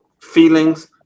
feelings